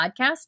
podcast